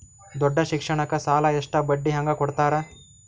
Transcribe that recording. ದೊಡ್ಡ ಶಿಕ್ಷಣಕ್ಕ ಸಾಲ ಎಷ್ಟ ಬಡ್ಡಿ ಹಂಗ ಕೊಡ್ತಾರ?